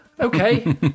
okay